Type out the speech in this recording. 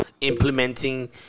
implementing